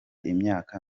imyaka